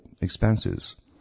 expenses